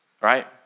right